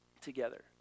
together